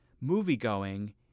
movie-going